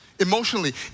Emotionally